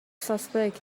suspect